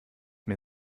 mir